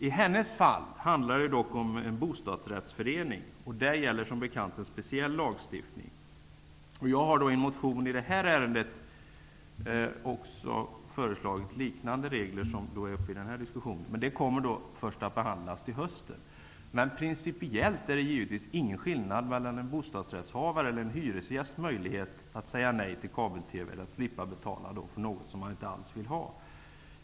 I hennes fall handlar det dock om en bostadsrättsförening. Då gäller som bekant en speciell lagstiftning. Jag har i en motion i det här ärendet föreslagit att regler liknande dem som vi i den här diskussionen talar om skall gälla, men den motionen kommer först att behandlas till hösten. Principiellt är det givetvis ingen skillnad mellan en bostadsrättsinnehavares och en hyresgästs möjlighet att säga nej till kabel-TV och slippa betala för något som de inte alls vill ha.